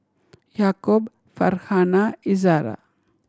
Yaakob Farhanah Izara